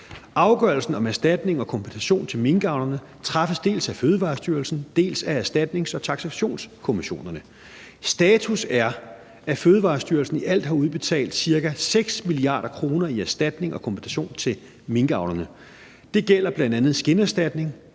Afgørelsen om erstatning og kompensation til minkavlerne træffes dels af Fødevarestyrelsen, dels af erstatnings- og taksationskommissionerne. Status er, at Fødevarestyrelsen i alt har udbetalt ca. 6 mia. kr. i erstatning og kompensation til minkavlerne. Det gælder bl.a. skinderstatning,